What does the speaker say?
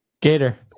Gator